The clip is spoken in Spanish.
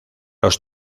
los